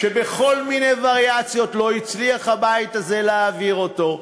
בכל מיני וריאציות לא הצליח הבית הזה להעביר אותו,